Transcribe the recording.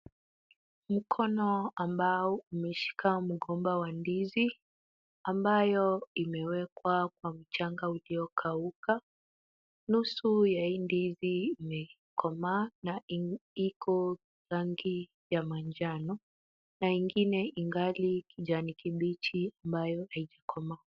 Mkono ambao umeshika mgomba wa ndizi, ambayo imewekwa kwa mchanga ulio kauka. Nusu ya hii ndizi imekomaa na i, iko rangi ya manjano, na ingine ingali kijani kibichi ambayo haijakomaa.